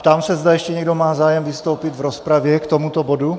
Ptám se, zda ještě někdo má zájem vystoupit v rozpravě k tomuto bodu.